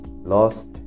Lost